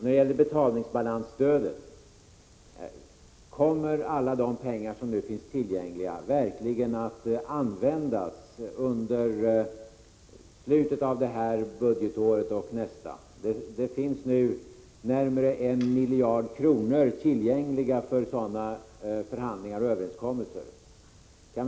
Beträffande betalningsbalansstödet undrar jag: Kommer alla de pengar som nu finns tillgängliga verkligen att användas under slutet av det här budgetåret och under nästa budgetår? Det finns närmare 1 miljard kronor tillgängliga för förhandlingar och överenskommelser på detta område.